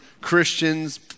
Christians